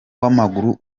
w’amaguru